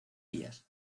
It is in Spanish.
guías